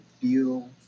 feel